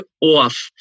off